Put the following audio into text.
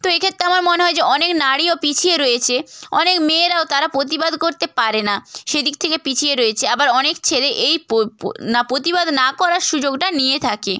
তো এক্ষেত্রে আমার মনে হয় যে অনেক নারীও পিছিয়ে রয়েছে অনেক মেয়েরাও তারা প্রতিবাদ করতে পারে না সে দিক থেকে পিছিয়ে রয়েছে আবার অনেক ছেলে এই না প্রতিবাদ না করার সুযোগটা নিয়ে থাকে